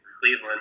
Cleveland